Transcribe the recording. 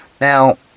now